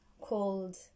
called